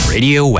Radio